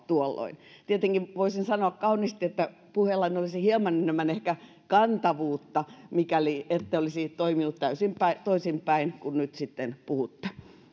tuolloin tietenkin voisin sanoa kauniisti että puheillanne olisi hieman enemmän ehkä kantavuutta mikäli ette olisi toimineet täysin toisinpäin kuin nyt puhutte